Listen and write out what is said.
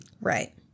Right